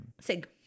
Sig